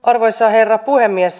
arvoisa herra puhemies